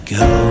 go